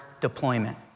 deployment